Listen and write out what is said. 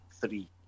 three